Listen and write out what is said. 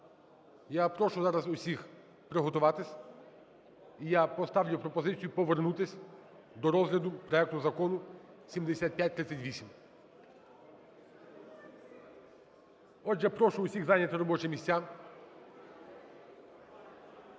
Я прошу зараз всіх приготуватись і я поставлю пропозицію повернутись до розгляду проекту Закону 7538 . Отже, прошу всіх зайняти робочі місця.